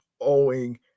owing